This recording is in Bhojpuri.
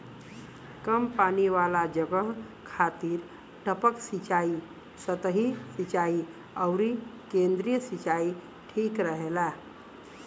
कम पानी वाला जगह खातिर टपक सिंचाई, सतही सिंचाई अउरी केंद्रीय सिंचाई ठीक रहेला